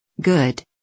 good